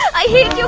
i hate